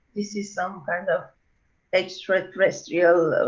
this is some kind of extraterrestrial